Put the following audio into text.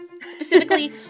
Specifically